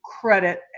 credit